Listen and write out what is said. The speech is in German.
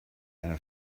einer